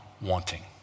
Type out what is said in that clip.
wanting